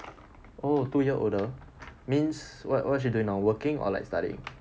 oh two year means what what she doing now working or like studying